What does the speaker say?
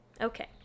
Okay